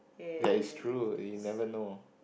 that is true you never know